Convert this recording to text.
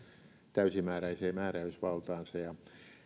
täysimääräiseen määräysvaltaansa